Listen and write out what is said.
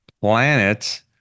planet